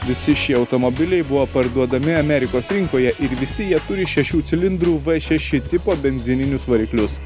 visi šie automobiliai buvo parduodami amerikos rinkoje ir visi jie turi šešių cilindrų v šeši tipo benzininius variklius